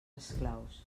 esclaus